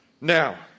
Now